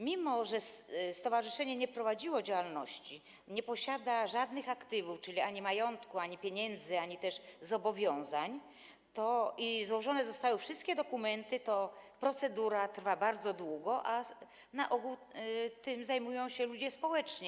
Mimo że stowarzyszenie nie prowadziło działalności, nie posiada żadnych aktywów - czyli ani majątku, ani pieniędzy - ani też zobowiązań i złożone zostały wszystkie dokumenty, to procedura trwa bardzo długo, a na ogół ludzie zajmują się tym społecznie.